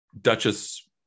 Duchess